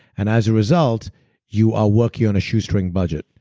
and as result you are working on a shoestring budget.